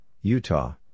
Utah